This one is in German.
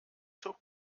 zur